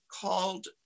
called